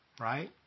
right